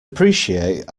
appreciate